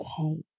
okay